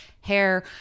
hair